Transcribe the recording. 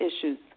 issues